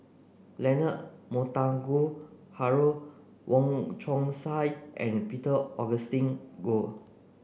Leonard Montague Harrod Wong Chong Sai and Peter Augustine Goh